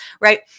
right